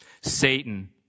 Satan